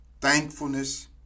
Thankfulness